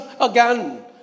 again